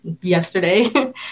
yesterday